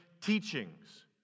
teachings